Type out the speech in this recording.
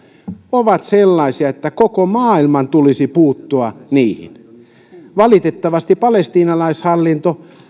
ovat sellaisia että koko maailman tulisi puuttua niihin valitettavasti palestiinalaishallinto